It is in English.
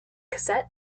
cassette